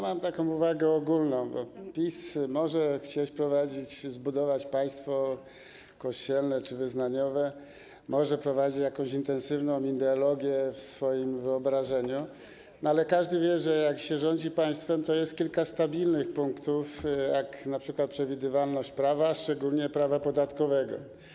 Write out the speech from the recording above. Mam taką uwagę ogólną: PiS może chcieć zbudować państwo kościelne czy wyznaniowe, może wprowadzić jakąś intensywną ideologię w swoim wyobrażeniu, ale każdy wie, że jak się rządzi państwem, to jest kilka stabilnych punktów, np. przewidywalność prawa, szczególnie prawa podatkowego.